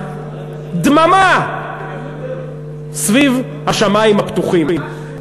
דממה סביב "השמים הפתוחים".